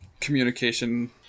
communication